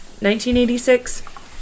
1986